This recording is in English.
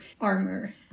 armor